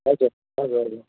हजर हजर हजर